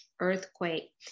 Earthquake